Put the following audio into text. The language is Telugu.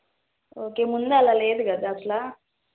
ఓకే ముందు ఆలా లేదు కదా అసలు